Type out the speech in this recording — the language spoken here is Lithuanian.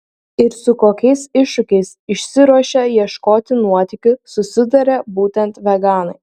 ir su kokiais iššūkiais išsiruošę ieškoti nuotykių susiduria būtent veganai